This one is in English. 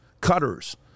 cutters